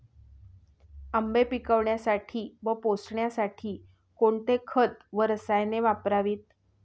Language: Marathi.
आंबे पिकवण्यासाठी व पोसण्यासाठी कोणते खत व रसायने वापरावीत?